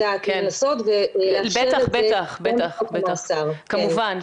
לנסות ולאפשר את זה --- כמובן.